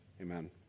Amen